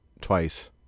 Twice